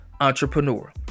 entrepreneur